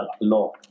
law